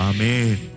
Amen